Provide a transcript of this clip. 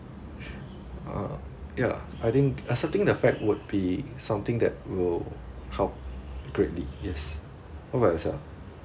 uh ya I think accepting the fact would be something that will help greatly yes how about yourself